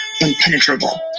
impenetrable